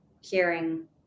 Hearing